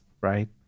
right